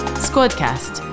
Squadcast